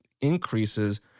increases